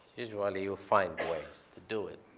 usually, you'll find ways to do it.